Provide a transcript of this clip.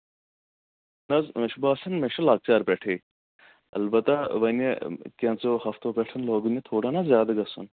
نہ حظ مےٚ چھُ باسان مےٚ چھُ لۄکچار پٮ۪ٹھٕے اَلبتہ وۄنہِ کینژھو ہَفتو پٮ۪ٹھ لوگُن مےٚ تھوڑا نہ زیادٕ گژھُن